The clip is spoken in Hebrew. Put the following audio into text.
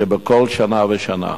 כבכל שנה ושנה.